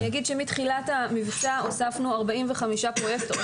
אני אומר שמתחילת המבצע הוספנו 45 פרויקטורים.